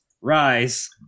Rise